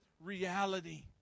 reality